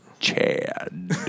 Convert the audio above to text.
Chad